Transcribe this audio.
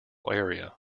area